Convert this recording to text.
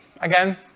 Again